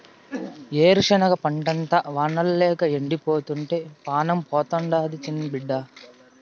ఏరుశనగ పంటంతా వానల్లేక ఎండిపోతుంటే పానం పోతాండాది బిడ్డా